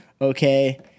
Okay